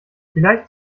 vielleicht